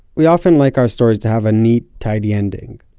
we often like our stories to have a neat, tidy ending.